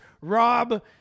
Rob